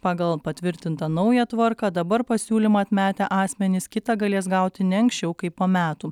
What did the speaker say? pagal patvirtintą naują tvarką dabar pasiūlymą atmetę asmenys kitą galės gauti ne anksčiau kaip po metų